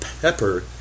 pepper